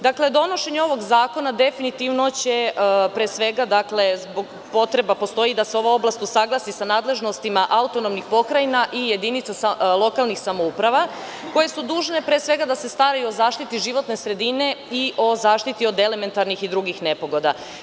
Dakle, donošenje ovog zakona definitivno će pre svega, odnosno potreba postoji da se ova oblast usaglasi sa nadležnostima autonomnih pokrajina i jedinica lokalnih samouprava koje su dužne pre svega da se staraju o zaštiti životne sredine i o zaštiti od elementarnih i drugih nepogoda.